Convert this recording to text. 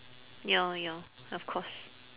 ya ya of course